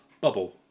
bubble